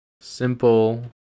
simple